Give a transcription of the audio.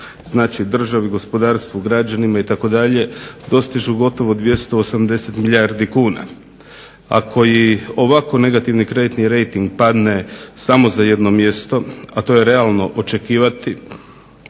znači državi, gospodarstvu, građanima itd. dostižu gotovo 280 milijardi kuna. Ako i ovako negativni kreditni rejting padne samo za jedno mjesto, a to je realno očekivati